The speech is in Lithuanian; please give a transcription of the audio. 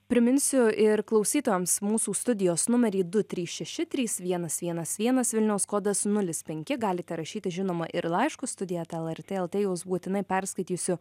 priminsiu ir klausytojams mūsų studijos numerį du trys šeši trys vienas vienas vienas vilniaus kodas nulis penki galite rašyti žinoma ir laiškus studija eta lrt lt juos būtinai perskaitysiu